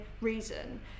reason